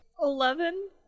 Eleven